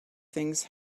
things